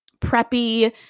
preppy